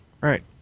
right